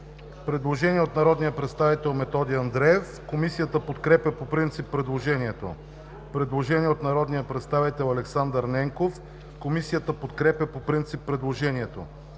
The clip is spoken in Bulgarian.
предложение от народния представител Методи Андреев. Комисията подкрепя по принцип предложението. Предложение от народния представител Александър Ненков. Комисията подкрепя по принцип предложението.